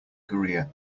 korea